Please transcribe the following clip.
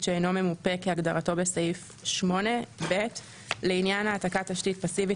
שאינו ממופה כהגדרתו בסעיף 8. (ב) לעניין העתקת תשתית פסיבית